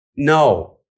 No